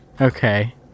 Okay